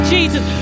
Jesus